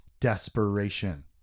desperation